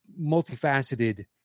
multifaceted